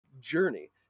journey